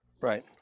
Right